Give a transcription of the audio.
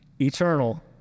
eternal